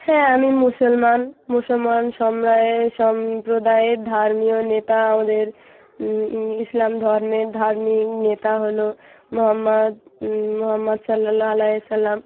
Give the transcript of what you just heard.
হ্যাঁ আমি মুসলমান মুসলমান সম্প্রদায়ে ধার্মীয় নেতা আমাদের ইসলাম ধর্মের ধার্মিক নেতা হল মহম্মদ মহম্মদ সাল্লাল্লাহয়ে সাল্লাম